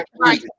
right